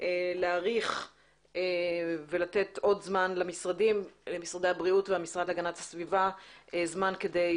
להאריך ולתת עוד זמן למשרדי הבריאות והמשרד להגנת הסביבה זמן כדי,